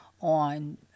on